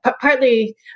partly